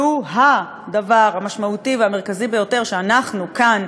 שהוא הדבר המשמעותי והמרכזי ביותר שאנחנו כאן,